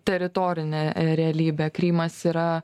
teritorinę realybę krymas yra